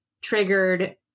triggered